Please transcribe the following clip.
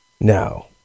no